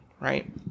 right